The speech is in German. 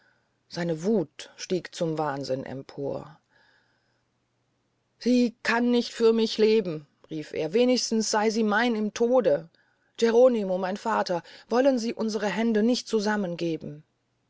seine wuth stieg zum wahnsinn empor sie kann nicht für mich leben rief er wenigstens sey sie mein im tode geronimo mein vater wollen sie unsre hände nicht zusammen